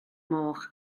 moch